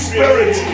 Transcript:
Spirit